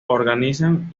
organizan